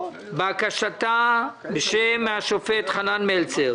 כבוד השופט מלצר